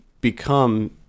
become